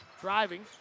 driving